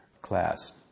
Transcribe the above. class